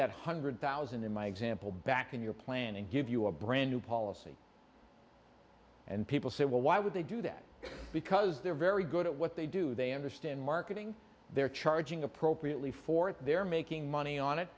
that hundred thousand in my example back in your plan and give you a brand new policy and people say well why would they do that because they're very good at what they do they understand marketing they're charging appropriately for it they're making money on it